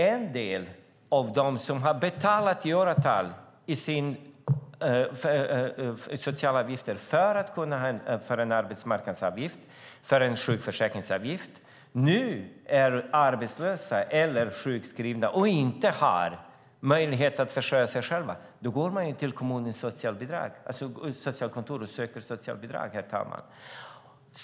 En del av dem som har betalat i åratal för sina sociala avgifter för att kunna ha en arbetsmarknadsavgift och en sjukförsäkringsavgift är nu arbetslösa eller sjukskrivna. De har inte möjlighet att försörja sig själva, och de går till kommunens socialkontor och söker socialbidrag, herr talman.